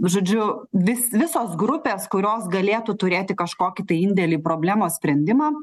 žodžiu vis visos grupės kurios galėtų turėti kažkokį indėlį problemos sprendimą